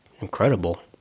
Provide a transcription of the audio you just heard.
incredible